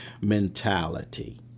mentality